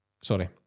Sorry